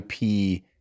ip